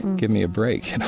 give me a break, you know?